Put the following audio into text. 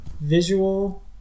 visual